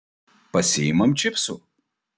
pasiimam čipsų